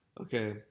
Okay